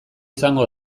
izango